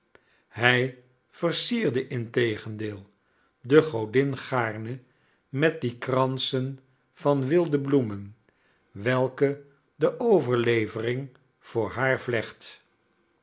hij versierde integendeel de godin gaarne met die kransen van wilde bloemen welke de overlevering voor haar vlecht